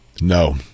no